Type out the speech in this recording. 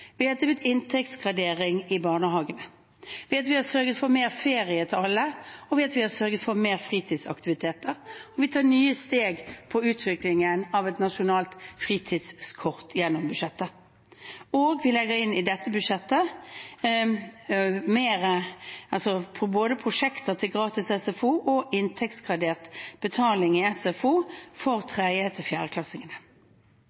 inntektsgradering i barnehagene, ved at vi har sørget for mer ferie til alle, og ved at vi har sørget for mer fritidsaktiviteter. Vi tar nye steg på utviklingen av et nasjonalt fritidskort gjennom budsjettet, og vi legger i dette budsjettet inn mer til prosjekter for gratis SFO og til inntektsgradert betaling i SFO for